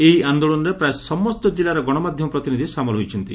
ଏହି ଆନ୍ଦୋଳନରେ ପ୍ରାୟ ସମସ୍ତ ଜିଲ୍ଲାର ଗଣମାଧ୍ଧମ ପ୍ରତିନିଧି ସାମିଲ ହୋଇଛନ୍ତି